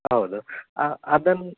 ಹೌದು ಅದನ್ನು